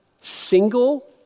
single